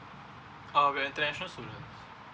uh we are international student